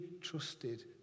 trusted